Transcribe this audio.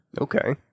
Okay